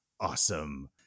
Awesome